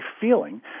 feeling